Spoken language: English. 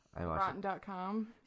rotten.com